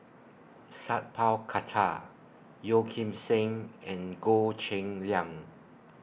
Sat Pal Khattar Yeo Kim Seng and Goh Cheng Liang